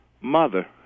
Mother